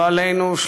לא עלינו,